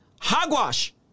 Hogwash